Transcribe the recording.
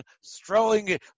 strolling